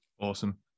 Awesome